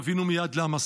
תבינו מייד למה.